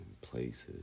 places